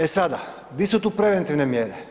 E sada, di su tu preventivne mjere?